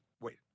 wait